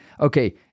okay